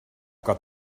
got